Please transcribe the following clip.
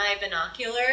binocular